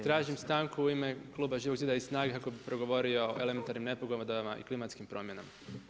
Tražim stanku u ime Kluba Živog zida i SNAGA-e, kako bi progovorio o elementarnim nepogodama i klimatskim promjenama.